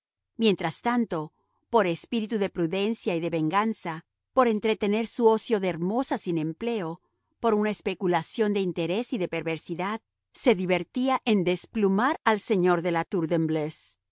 mientras tanto por espíritu de prudencia y de venganza por entretener su ocio de hermosa sin empleo por una especulación de interés y de perversidad se divertía en desplumar al señor de